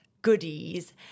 Goodies